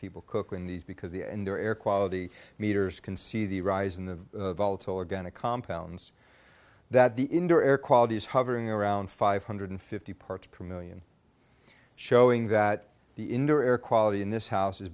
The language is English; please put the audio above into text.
people cook in these because the in their air quality meters can see the rise in the volatile organic compounds that the indoor air quality is hovering around five hundred fifty parts per million showing that the indoor air quality in this house is